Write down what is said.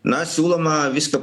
na siūloma viską